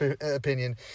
opinion